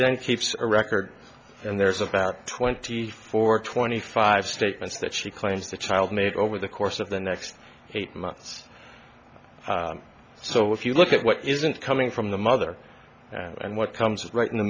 then keeps a record and there's about twenty four twenty five statements that she claims the child made over the course of the next eight months so if you look at what isn't coming from the mother and what comes right in the